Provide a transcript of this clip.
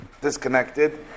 disconnected